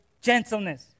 gentleness